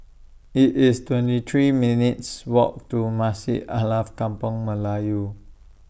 IT IS twenty three minutes' Walk to Masjid Alkaff Kampung Melayu